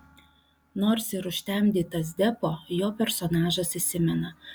nors ir užtemdytas deppo jo personažas įsimena